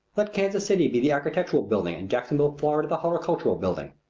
let kansas city be the agricultural building and jacksonville, florida, the horticultural building,